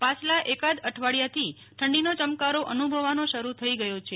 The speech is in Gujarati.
પાછલા એકાદ અઠવાડિયાથી ઠંડીનો ચમકારો અનુભવવાનો શરૂ થઈ ગયો છે